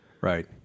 Right